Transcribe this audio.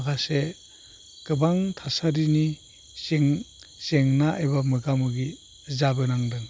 माखासे गोबां थासारिनि जेंना एबा मोगा मोगि जाबोनांदों